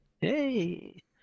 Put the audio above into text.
Hey